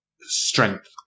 strength